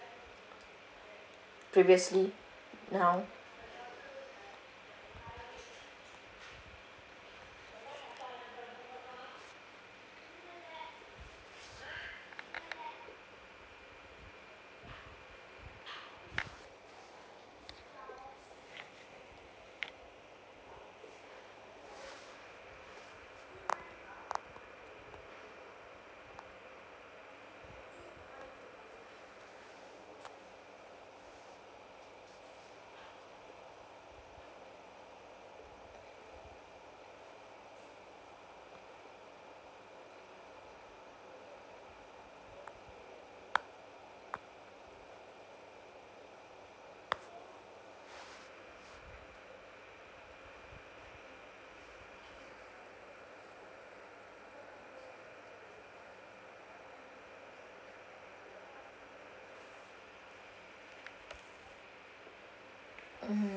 previously now mmhmm